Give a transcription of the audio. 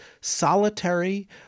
solitary